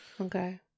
Okay